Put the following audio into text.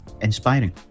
Inspiring